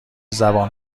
زبان